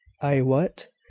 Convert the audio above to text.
ay, what?